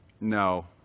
No